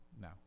no